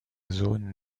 zone